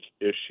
issue